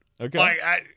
Okay